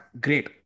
great